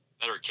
better